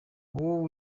wowe